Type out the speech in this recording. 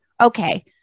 okay